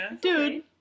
Dude